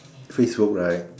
Facebook right